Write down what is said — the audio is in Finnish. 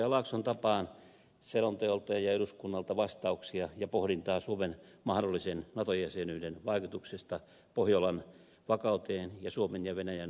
laakson tapaan selonteolta ja eduskunnalta vastauksia ja pohdintaa suomen mahdollisen nato jäsenyyden vaikutuksista pohjolan vakauteen ja suomen ja venäjän suhteisiin